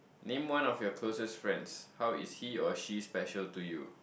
name one of your closest friends how is he or she special to you